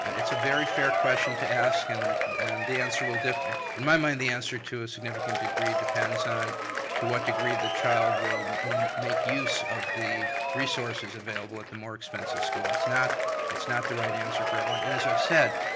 it's a very fair question to ask, and and the answer will, in my mind the answer to a significant degree depends on to what degree the child will will make use of the resources available at the more expensive school. it's not it's not the right answer for everyone. and as i've said,